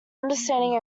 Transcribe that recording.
understanding